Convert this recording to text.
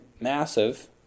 massive